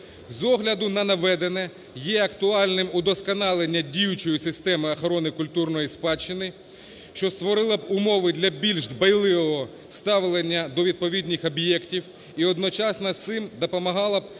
З огляду на наведене, є актуальним удосконалення діючої системи охорони культурної спадщини, що створило б умови для більш дбайливого ставлення до відповідних об'єктів і одночасно з цим допомагала б